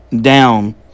down